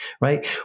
right